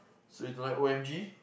so it's like O_M_G